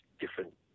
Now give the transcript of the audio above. different